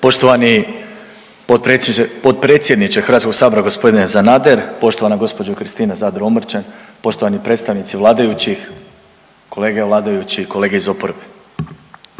Poštovani potpredsjedniče, potpredsjedniče HS g. Sanader, poštovana gđo. Kristina Zadro Omrčen, poštovani predstavnici vladajućih, kolege vladajući i kolege iz oporbe.